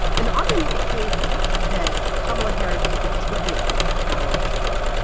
and the author made the case that kamala harris is a ticket balancer.